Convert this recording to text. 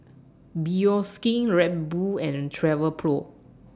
Bioskin Red Bull and Travelpro